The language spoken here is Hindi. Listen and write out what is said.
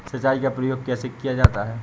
सिंचाई का प्रयोग कैसे किया जाता है?